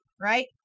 right